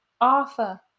Arthur